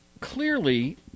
clearly